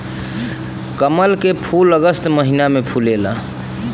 कमल के फूल अगस्त महिना में फुलला